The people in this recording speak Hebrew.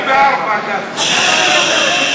הצעת סיעת יהדות התורה להביע אי-אמון בממשלה לא נתקבלה.